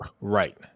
right